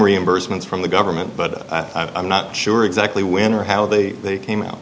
reimbursements from the government but i'm not sure exactly when or how they came out